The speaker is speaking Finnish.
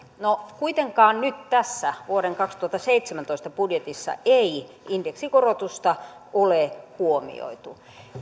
no kuitenkaan nyt tässä vuoden kaksituhattaseitsemäntoista budjetissa ei indeksikorotusta ole huomioitu